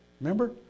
Remember